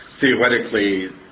theoretically